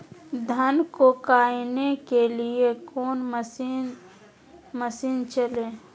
धन को कायने के लिए कौन मसीन मशीन चले?